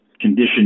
condition